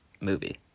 movie